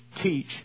teach